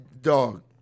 dog